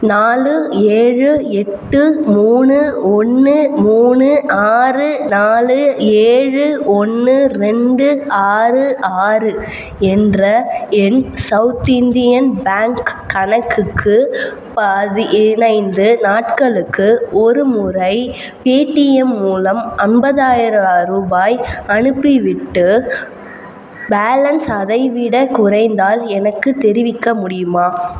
நாலு ஏழு எட்டு மூணு ஒன்று மூணு ஆறு நாலு ஏழு ஒன்று ரெண்டு ஆறு ஆறு என்ற என் சவுத் இந்தியன் பேங்க் கணக்குக்கு பதினைந்து நாட்களுக்கு ஒருமுறை பேடிஎம் மூலம் ஐம்பதாயிரம் ரூபாய் அனுப்பிவிட்டு பேலன்ஸ் அதைவிடக் குறைந்தால் எனக்குத் தெரிவிக்க முடியுமா